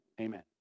amen